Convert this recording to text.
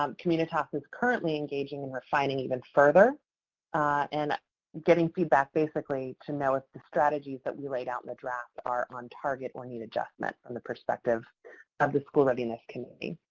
um communities ah so is currently engaging and refining even further and getting feedback basically to know if the strategies we laid out in the draft are on target or need adjustment from the perspective of the school readiness committee.